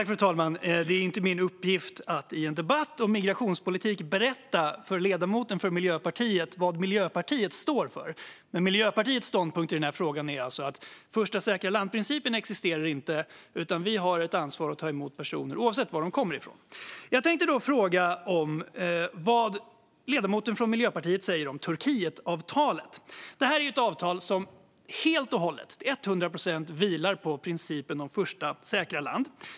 Fru talman! Det är inte min uppgift att i en debatt om migrationspolitik berätta för ledamoten från Miljöpartiet vad Miljöpartiet står för. Men Miljöpartiets ståndpunkt i den här frågan är alltså att första säkra land-principen inte existerar utan att vi har ett ansvar att ta emot personer oavsett varifrån de kommer. Jag vill då fråga vad ledamoten från Miljöpartiet säger om Turkietavtalet. Det är ju ett avtal som helt och hållet, till etthundra procent, vilar på principen om första säkra land.